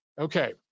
Okay